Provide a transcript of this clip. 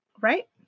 Right